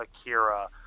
akira